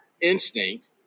instinct